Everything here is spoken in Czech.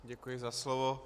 Děkuji za slovo.